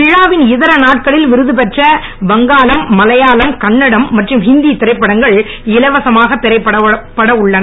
விழாவின் இதர நாட்களில் விருது பெற்ற வங்காளம் மலையாளம் கன்னடம் மற்றும் ஹந்தி திரைப்படங்கள் இலவசமாக திரையிடப்பட உள்ளன